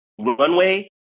Runway